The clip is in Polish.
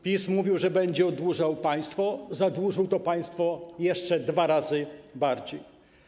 PiS mówił, że będzie oddłużał państwo, a zadłużył to państwo jeszcze dwa razy bardziej.